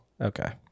okay